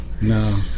No